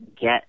get